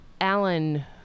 Alan